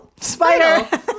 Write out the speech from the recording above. Spider